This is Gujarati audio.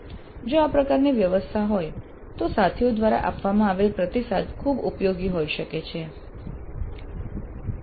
જો આ પ્રકારની વ્યવસ્થા હોય તો સાથીઓ દ્વારા આપવામાં આવેલ પ્રતિસાદ ખૂબ ઉપયોગી થઈ શકે છે